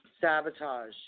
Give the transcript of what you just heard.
Sabotage